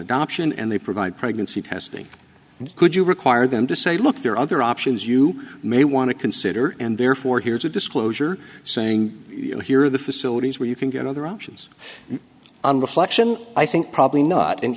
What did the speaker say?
adoption and they provide pregnancy testing could you require them to say look there are other options you may want to consider and therefore here's a disclosure saying you hear the facilities where you can get other options under fluxion i think probably not